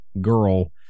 girl